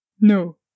No